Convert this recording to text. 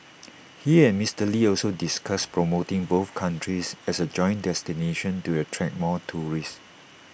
he and Mister lee also discussed promoting both countries as A joint destination to attract more tourists